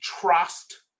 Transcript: trust